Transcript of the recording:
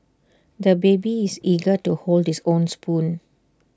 the baby is eager to hold his own spoon